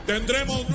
Tendremos